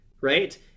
right